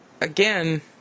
again